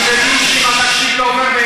אני מבין שאם התקציב לא עובר,